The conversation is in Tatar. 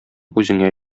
үзеңә